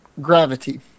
gravity